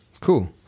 Cool